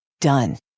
Done